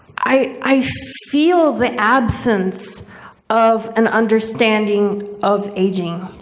i feel the absence of an understanding of aging.